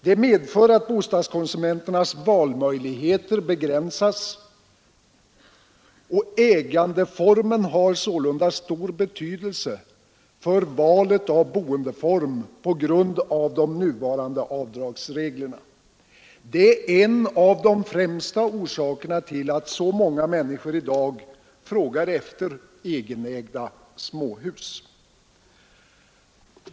Det medför att bostadskonsumenternas valmöjligheter begränsas. Ägandeformen har sålunda stor betydelse för valet av boendeform på grund av de nuvarande avdragsreglerna. Det är en av de främsta orsakerna till att så många människor i dag frågar efter egenägda småhus.